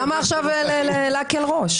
למה עכשיו להקל ראש?